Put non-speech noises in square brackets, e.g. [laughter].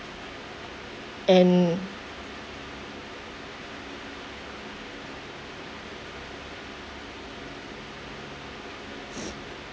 and [noise]